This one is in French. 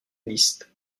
liszt